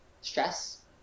stress